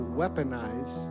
weaponize